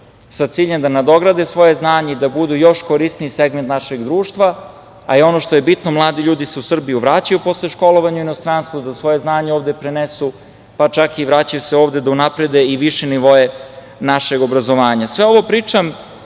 sa ciljem da nadograde svoje znanje i da budu još korisniji segment našeg društva. Ono što je bitno, mladi ljudi se u Srbiju vraćaju posle školovanja u inostranstvu, da svoje znanje ovde prenesu, čak se vraćaju da unaprede i više nivoe našeg obrazovanja. Sve ovo pričam